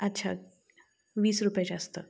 अच्छा वीस रुपये जास्त